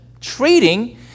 trading